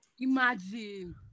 Imagine